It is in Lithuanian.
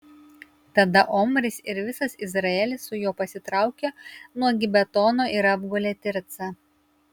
tada omris ir visas izraelis su juo pasitraukė nuo gibetono ir apgulė tircą